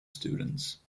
students